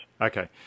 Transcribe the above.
Okay